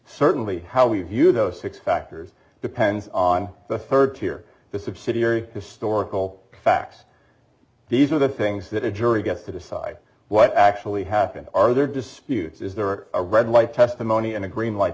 certainly how we view those six factors depends on the third tier the subsidiary historical fact these are the things that a jury gets to decide what actually happened are there disputes is there a red light testimony and a green light